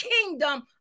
kingdom